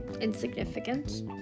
insignificant